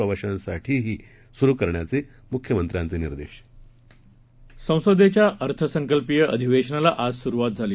प्रवाशांसाठीही सुरु करण्याचे मुख्यमंत्र्यांचे निर्देश संसदेच्या अर्थसंकल्पीय अधिवेशनाला आज सुरुवात झाली